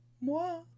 Moi